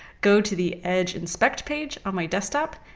go to the edge inspect page on my desktop.